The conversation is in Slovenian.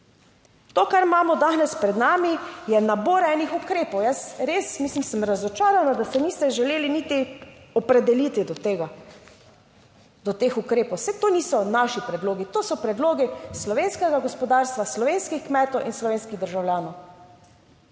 To, kar imamo danes pred nami, je nabor enih ukrepov. Jaz res, mislim, sem razočarana, da se niste želeli niti opredeliti do tega, do teh ukrepov. Saj to niso naši predlogi, to so predlogi slovenskega gospodarstva, slovenskih kmetov in slovenskih državljanov.